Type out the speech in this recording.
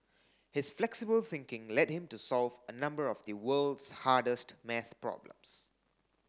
his flexible thinking led him to solve a number of the world's hardest maths problems